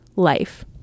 life